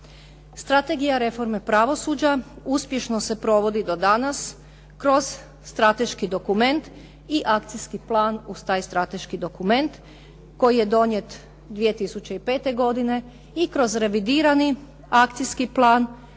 Strategija reforme pravosuđa uspješno se provodi do danas kroz strateški dokument i akcijski plan uz strateški dokument koji je donijet 2005. godine i kroz revidirani akcijski plan